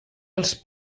els